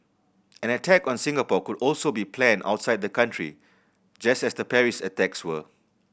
an attack on Singapore could also be planned outside the country just as the Paris attacks were